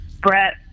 Brett